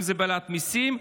אם זה בהעלאת מיסים,